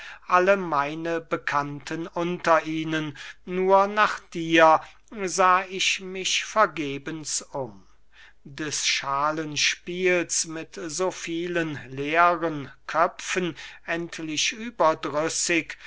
alle meine bekannten unter ihnen nur nach dir sah ich mich vergebens um des schalen spiels mit so vielen leeren köpfen endlich überdrüssig